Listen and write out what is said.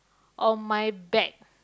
on my back